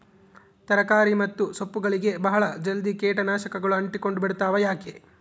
ತರಕಾರಿ ಮತ್ತು ಸೊಪ್ಪುಗಳಗೆ ಬಹಳ ಜಲ್ದಿ ಕೇಟ ನಾಶಕಗಳು ಅಂಟಿಕೊಂಡ ಬಿಡ್ತವಾ ಯಾಕೆ?